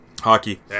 Hockey